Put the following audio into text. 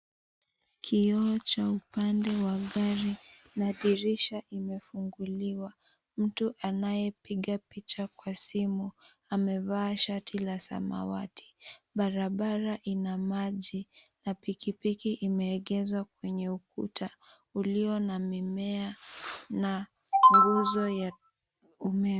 Kioo cha upande wa gari na dirisha imefunguliwa, mtu anayepiga picha kwa simu amevaa shati la samawati. Barabara ina maji na pikipiki imeengezwa kwenye ukuta ulio na mimea na kuna nguzo ya umeme.